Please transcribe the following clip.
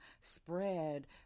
spread